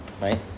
right